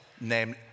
named